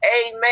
Amen